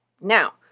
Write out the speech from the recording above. Now